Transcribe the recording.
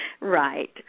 Right